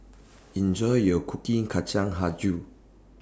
Enjoy your cooking Kacang Hijau